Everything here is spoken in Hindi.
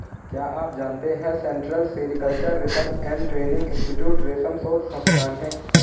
क्या आप जानते है central sericultural research and training institute रेशम शोध संस्थान है?